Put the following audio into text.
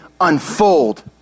unfold